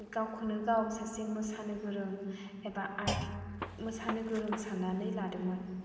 गावखौनो गाव सासे मोसानो गोरों एबा आर्ट मोसानो गोरों साननानै लादोंमोन